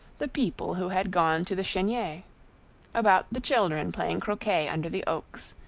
the people who had gone to the cheniere about the children playing croquet under the oaks,